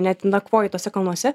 net nakvoji tuose kalnuose